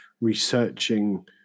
researching